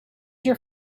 your